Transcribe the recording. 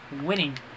winning